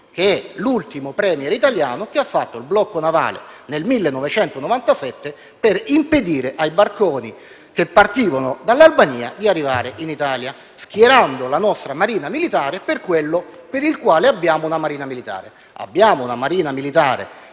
che è l'ultimo *Premier* italiano ad aver fatto un blocco navale, nel 1997, per impedire ai barconi che partivano dall'Albania di arrivare in Italia, schierando la nostra Marina militare per fare quello per cui è nata. Abbiamo una Marina militare